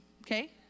okay